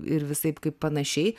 ir visaip kaip panašiai